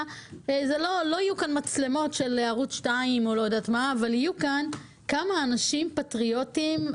לא יהיו פה מצלמות של ערוץ 2 אבל יהיו פה כמה אנשים פטריוטיים,